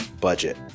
budget